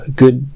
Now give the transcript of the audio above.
good